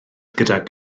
gydag